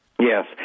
Yes